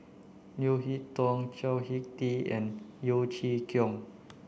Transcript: Leo Hee Tong Chao Hick Tin and Yeo Chee Kiong